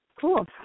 Cool